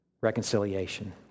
reconciliation